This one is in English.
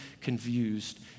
confused